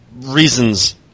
reasons